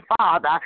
Father